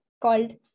called